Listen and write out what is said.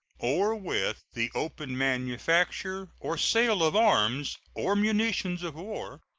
or with the open manufacture or sale of arms or munitions of war,